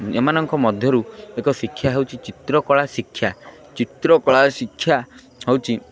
ଏମାନଙ୍କ ମଧ୍ୟରୁ ଏକ ଶିକ୍ଷା ହେଉଛି ଚିତ୍ରକଳା ଶିକ୍ଷା ଚିତ୍ରକଳା ଶିକ୍ଷା ହେଉଛି